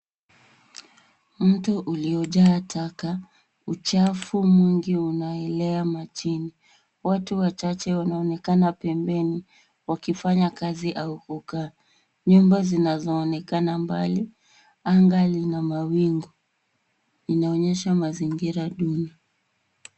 Mto uliojaa taka, uchafu mwingi unaelea majini. Watu wachache wanaonekana pembeni wakifanya kazi au kukaa. Nyumba zinazoonekana mbali. Anga lina mawingu. Inaonyesha mazingira duni.